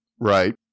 Right